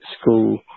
school